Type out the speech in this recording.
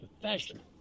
professional